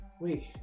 wait